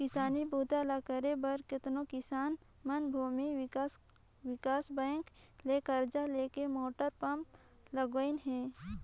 किसानी बूता ल करे बर कतनो किसान मन भूमि विकास बैंक ले करजा लेके मोटर पंप लगवाइन हें